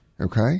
okay